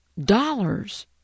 dollars